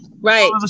right